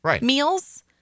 meals